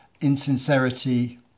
insincerity